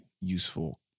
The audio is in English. useful